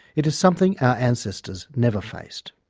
it is something our ancestors never faced.